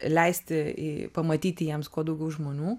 leisti į pamatyti jiems kuo daugiau žmonių